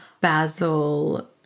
basil